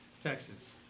Texas